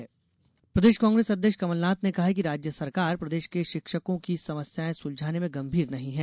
कमलनाथ प्रदेश कांग्रेस अध्यक्ष कमलनाथ ने कहा है कि राज्य सरकार प्रदेश के शिक्षकों की समस्यायें सुलझाने में गंभीर नहीं है